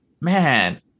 Man